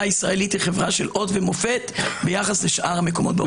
הישראלית היא חברה של אות ומופת ביחס לשאר המקומות בעולם.